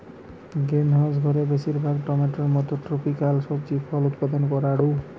greenhouse ঘরে বেশিরভাগ টমেটোর মতো ট্রপিকাল সবজি ফল উৎপাদন করাঢু